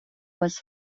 was